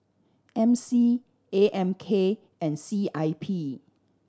M C A M K and C I P